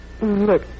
Look